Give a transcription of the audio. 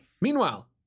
Meanwhile